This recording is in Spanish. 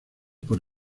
por